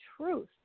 truth